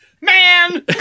man